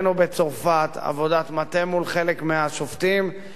עבודת מטה מול חלק מהשופטים כדי להסביר להם